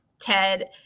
Ted